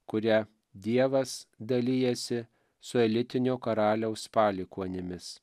kuria dievas dalijasi su elitinio karaliaus palikuonimis